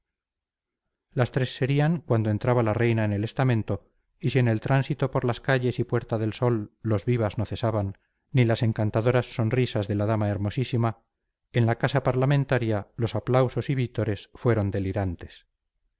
las tres serían cuando entraba la reina en el estamento y si en el tránsito por las calles y puerta del sol los vivas no cesaban ni las encantadoras sonrisas de la dama hermosísima en la casa parlamentaria los aplausos y vítores fueron delirantes